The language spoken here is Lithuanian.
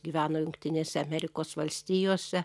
gyveno jungtinėse amerikos valstijose